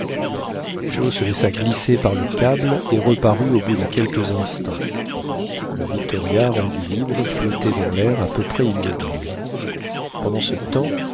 se laissa glisser par le câble et reparut au bout de quelques instants le victoria rendu libre flottait dans l'air à peu près immobile pendant ce temps